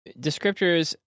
descriptors